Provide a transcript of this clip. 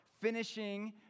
finishing